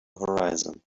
horizon